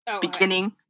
beginning